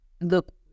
look